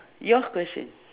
your question